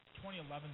2011